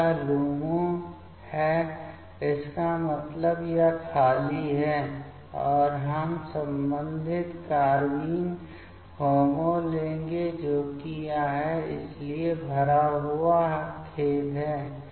तो यह LUMO है इसका मतलब है कि यह खाली है और हम संबंधित कार्बाइन HOMO लेंगे जो कि यह है इसलिए भरा हुआ खेद है